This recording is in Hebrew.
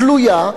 גלויה,